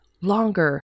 longer